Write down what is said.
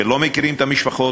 שלא מכירים את המשפחות.